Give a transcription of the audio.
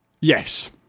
Yes